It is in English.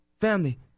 Family